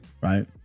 Right